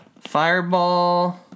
Fireball